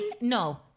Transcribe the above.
No